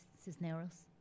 Cisneros